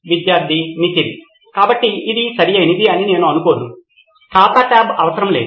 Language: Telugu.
విద్యార్థి నితిన్ కాబట్టి ఇది సరైనది అని నేను అనుకోను ఖాతా టాబ్ అవసరం లేదు